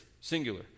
singular